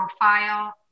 profile